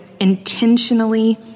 intentionally